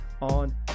On